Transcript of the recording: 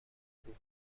بود